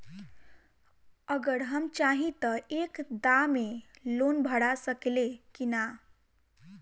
अगर हम चाहि त एक दा मे लोन भरा सकले की ना?